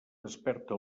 desperta